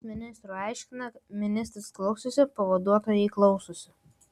jis ministrui aiškina ministras klausosi pavaduotojai klausosi